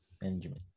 Benjamin